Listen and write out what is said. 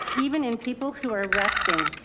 even in people who are resting.